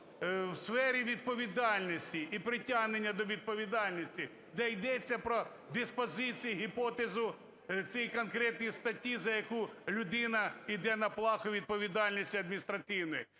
в сфері відповідальності і притягнення до відповідальності, де йдеться про диспозицію гіпотези цієї конкретної статті, за яку людина іде на плаху відповідальності адміністративної.